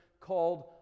called